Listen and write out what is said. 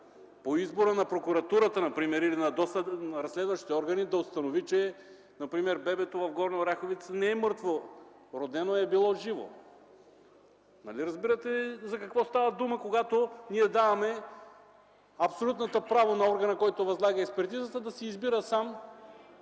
по избора на прокуратурата, например, на разследващите органи, да установи, че например, бебето в Горна Оряховица не е мъртво родено, а е било живо. Нали разбирате за какво става дума, когато ние даваме абсолютно право на органа, който възлага експертизата, да си избира сам